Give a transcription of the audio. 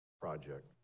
project